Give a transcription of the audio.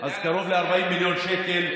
אז קרוב ל-40 מיליון שקל,